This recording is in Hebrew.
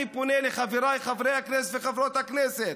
אני פונה לחבריי חברי הכנסת וחברות הכנסת,